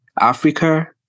Africa